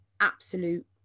absolute